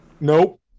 Nope